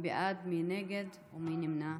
מי בעד, מי נגד ומי נמנע?